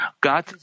God